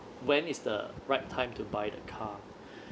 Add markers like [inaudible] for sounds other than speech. when is the right time to buy the car [breath]